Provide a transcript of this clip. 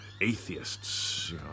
atheists